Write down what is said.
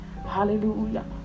Hallelujah